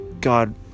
God